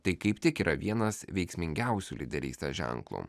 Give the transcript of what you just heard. tai kaip tik yra vienas veiksmingiausių lyderystės ženklu